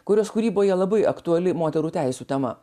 kurios kūryboje labai aktuali moterų teisių tema